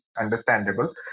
understandable